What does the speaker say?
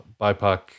BIPOC